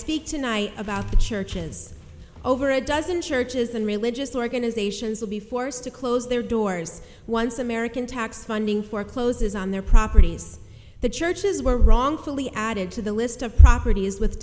speak tonight about the churches over a dozen churches and religious organizations will be forced to close their doors once american tax funding for closes on their properties the churches were wrongfully added to the list of properties with